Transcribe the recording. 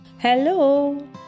Hello